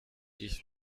ich